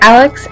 Alex